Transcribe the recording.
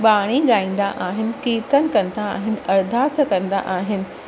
ॿाणी ॻाईंदा आहिनि कीर्तन कंदा आहिनि अरदास कंदा आहिनि